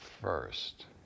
first